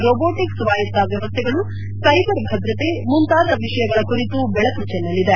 robotics ಸ್ವಾಯತ್ತ ವ್ಯವಸ್ಥೆಗಳು cyber ಭದ್ರತೆ ಮುಂತಾದ ವಿಷಯಗಳ ಕುರಿತು ಬೆಳಕು ಚೆಲ್ಲಲಿದೆ